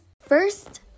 first